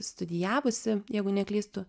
studijavusi jeigu neklystu